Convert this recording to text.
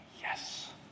Yes